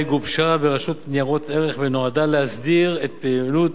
גובשה ברשות ניירות ערך ונועדה להסדיר את פעילות